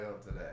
today